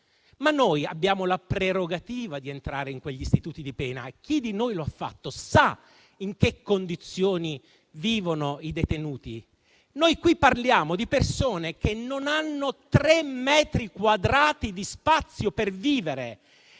Abbiamo la prerogativa di entrare in quegli istituti di pena e chi di noi lo ha fatto sa in che condizioni vivono i detenuti. Noi qui parliamo di persone che non hanno tre metri quadrati di spazio per vivere